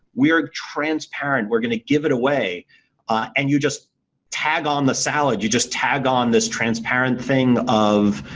we are transparent. we are going to give it away and you just tag on the salad. you just tag on this transparent thing of,